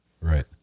Right